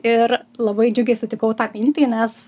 ir labai džiugiai sutikau tą mintį nes